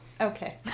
Okay